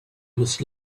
must